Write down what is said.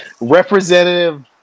Representative